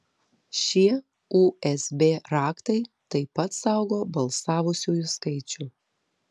šie usb raktai taip pat saugo balsavusiųjų skaičių